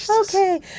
Okay